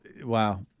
Wow